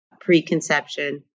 preconception